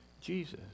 Jesus